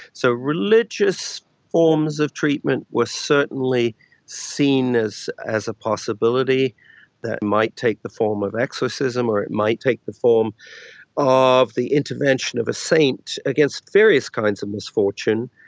so religious forms of treatment were certainly seen as as a possibility that might take the form of exorcism or it might take the form of the intervention of a saint against various kinds of misfortune.